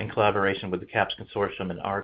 in collaboration with the cahps consortium and ahrq.